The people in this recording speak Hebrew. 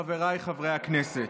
חבריי חברי הכנסת,